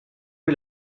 est